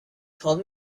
told